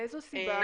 מאיזו סיבה?